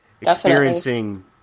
experiencing